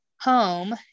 home